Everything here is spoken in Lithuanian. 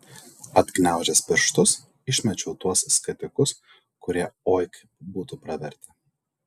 atgniaužęs pirštus išmečiau tuos skatikus kurie oi kaip būtų pravertę